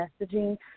messaging